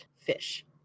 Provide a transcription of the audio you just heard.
fish